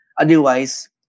Otherwise